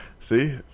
see